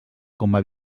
coma